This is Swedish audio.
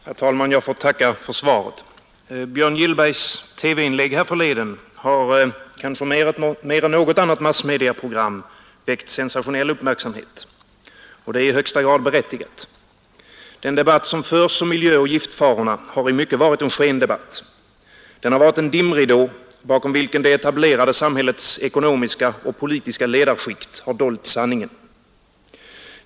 Herr talman! Jag får tacka för svaret. Björn Gillbergs TV-inlägg härförleden har kanske mer än något annat massmediaprogram väckt sensationell uppmärksamhet, och detta är i högsta grad berättigat. Den debatt som förs om miljöoch giftfarorna har i mycket varit en skendebatt. Den har varit en dimridå, bakom vilken det etablerade samhällets ekonomiska och politiska ledarskikt har dolt sanningen.